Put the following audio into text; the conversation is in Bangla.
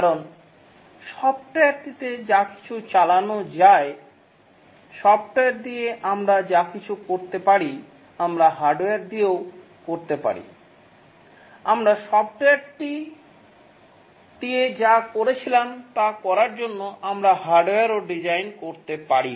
কারণ সফ্টওয়্যারটিতে যা কিছু চালানো যায় সফ্টওয়্যার দিয়ে আমরা যা কিছু করতে পারি আমরা হার্ডওয়্যার দিয়েও করতে পারি আমরা সফ্টওয়্যারটিতে যা করছিলাম তা করার জন্য আমরা হার্ডওয়্যারও ডিজাইন করতে পারি